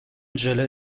ژله